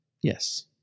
Yes